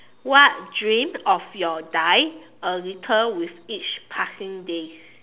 what dream of your dies a little with each passing day